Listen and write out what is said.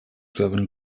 seven